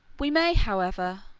we may, however,